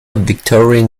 victorian